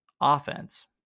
offense